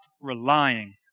relying